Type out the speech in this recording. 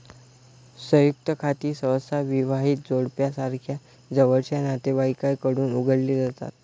संयुक्त खाती सहसा विवाहित जोडप्यासारख्या जवळच्या नातेवाईकांकडून उघडली जातात